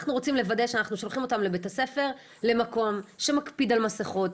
אנחנו רוצים לוודא שאנחנו שולחים אותם לבית הספר למקום שמקפיד על מסכות,